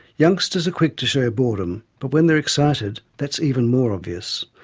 youngsters are quick to show boredom, but when they're excited, that's even more obvious.